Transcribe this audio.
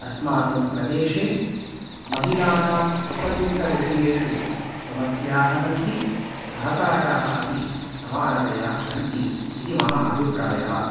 अस्माकं प्रदेशे महिलानाम् उपर्युक्तविषयेषु समस्याः सन्ति सहकाराः अपि समानतया सन्ति इति मम अभिप्रायः